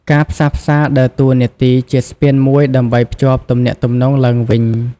ការផ្សះផ្សាដើរតួនាទីជា ស្ពានមួយដើម្បីភ្ជាប់ទំនាក់ទំនង ឡើងវិញ។